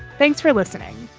thanks for listening.